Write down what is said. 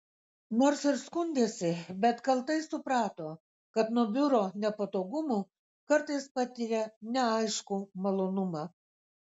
nors ir skundėsi bet kaltai suprato kad nuo biuro nepatogumų kartais patiria neaiškų malonumą